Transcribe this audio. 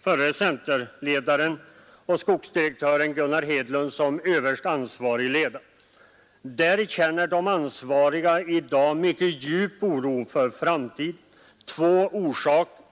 förre centerledaren och skogsdirektören Gunnar Hedlund som ansvarig ledare. Där känner de anställda i dag en mycket djup oro för framtiden, och detta av två orsaker.